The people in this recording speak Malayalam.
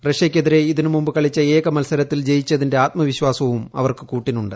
റഷ്യയ്ക്കെതിരെ ഇതിനു മുമ്പു കളിച്ച ഏകമത്സരത്തിൽ ജയിച്ചതിന്റെ ആത്മവിശ്വാസവും അവർക്ക് കൂട്ടിനുണ്ട്